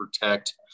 protect